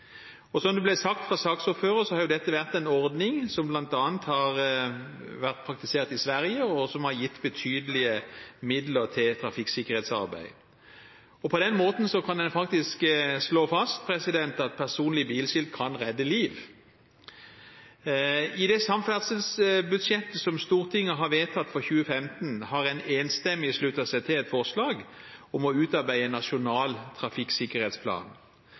trafikksikkerhetstiltak. Som det ble sagt fra saksordføreren, har dette vært en ordning som bl.a. har vært praktisert i Sverige, og som har gitt betydelige midler til trafikksikkerhetsarbeid. På den måten kan en faktisk slå fast at personlige bilskilt kan redde liv. I det samferdselsbudsjettet som Stortinget har vedtatt for 2015, har en enstemmig sluttet seg til et forslag om å utarbeide en nasjonal trafikksikkerhetsplan.